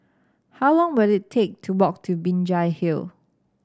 how long will it take to walk to Binjai Hill